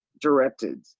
directed